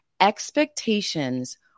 expectations